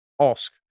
ask